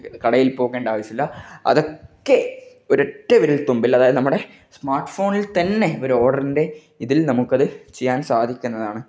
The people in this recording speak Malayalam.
കടയില് പോകേണ്ട ആവശ്യമില്ല അതൊക്കെ ഒരൊറ്റ വിരല്തുമ്പില് അതായത് നമ്മുടെ സ്മാര്ട്ട് ഫോണില് തന്നെ ഓരോഡര്ന്റെ ഇതില് നമുക്ക് അത് ചെയ്യാന് സാധിക്കുന്നതാണ്